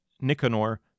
Nicanor